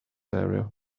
area